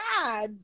God